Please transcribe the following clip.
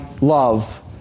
love